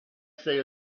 say